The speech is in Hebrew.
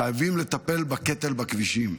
חייבים לטפל בקטל בכבישים.